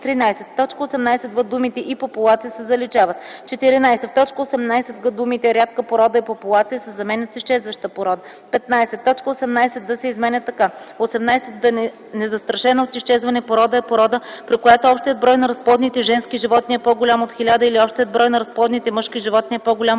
т.18в думите „и популация” се заличават. 14. В т. 18г думите „Рядка порода и популация” се заменят с „Изчезваща порода”. 15. Точка 18д се изменя така: „18д. Незастрашена от изчезване порода е порода, при която общият брой на разплодните женски животни е по-голям от 1 000 или общият брой на разплодните мъжки животни е по-голям